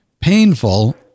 painful